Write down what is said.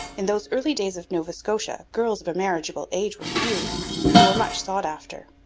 in those early days of nova scotia, girls of a marriageable age were few and were much sought after.